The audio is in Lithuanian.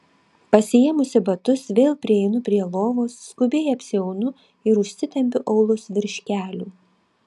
pasiėmusi batus vėl prieinu prie lovos skubiai apsiaunu ir užsitempiu aulus virš kelių